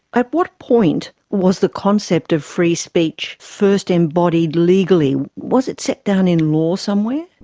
at what point was the concept of free speech first embodied legally? was it set down in law somewhere?